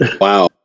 wow